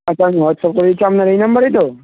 আচ্ছা আমি হোয়াটসঅ্যাপ করে দিচ্ছি আপনার এই নাম্বারই তো